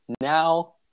now